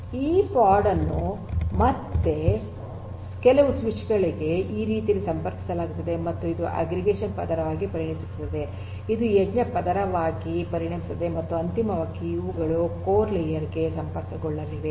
ಈ ಪಾಡ್ ಅನ್ನು ಮತ್ತೆ ಕೆಲವು ಸ್ವಿಚ್ ಗಳಿಗೆ ಈ ರೀತಿಯಲ್ಲಿ ಸಂಪರ್ಕಿಸಲಾಗುತ್ತದೆ ಮತ್ತು ಇದು ಅಗ್ರಿಗೇಷನ್ ಪದರವಾಗಿ ಪರಿಣಮಿಸುತ್ತದೆ ಇದು ಎಡ್ಜ್ ನ ಪದರವಾಗಿ ಪರಿಣಮಿಸುತ್ತದೆ ಮತ್ತು ಅಂತಿಮವಾಗಿ ಇವುಗಳು ಕೋರ್ ಲೇಯರ್ ಗೆ ಸಂಪರ್ಕಗೊಳ್ಳಲಿವೆ